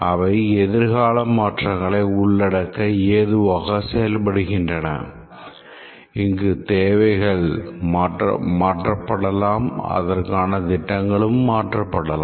அவை எதிர்கால மாற்றங்களை உள்ளடக்க ஏதுவாக செயல்படுகின்றன இங்கு தேவைகள் மாற்றப்படலாம் அதற்கான திட்டங்களும் மாற்றப்படலாம்